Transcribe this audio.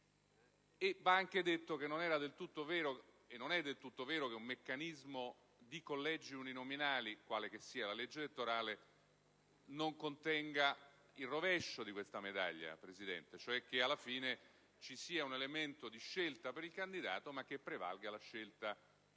Va anche detto che non è del tutto vero che un meccanismo di collegi uninominali, quale che sia la legge elettorale, non contenga il rovescio di questa medaglia, Presidente, ossia che alla fine ci sia un elemento di scelta per il candidato ma prevalga la scelta per il